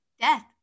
Death